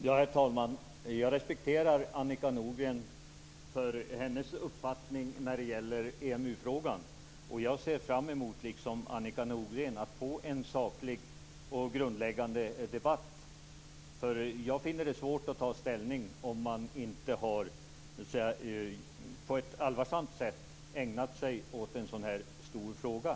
Herr talman! Jag respekterar Annika Nordgrens uppfattning när det gäller EMU-frågan. Jag ser liksom Annika Nordgren fram emot att få en saklig och grundläggande debatt. Jag finner det svårt att ta ställning om man inte på ett allvarsamt sätt har ägnat sig åt en sådan stor fråga.